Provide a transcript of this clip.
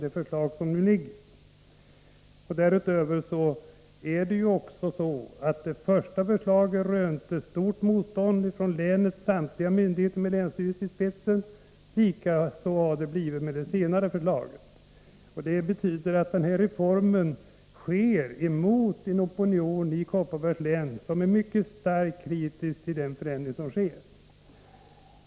Därutöver vill jag framhålla att det första förslaget rönte stort motstånd från länets. samtliga myndigheter med länsstyrelsen i spetsen. Likadant har det blivit med de senare förslagen. Det betyder att den här reformen genomförs mot en opinion i Kopparbergs län som är mycket starkt kritisk till den förändring som nu föreslås.